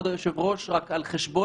זה לא שער הכניסה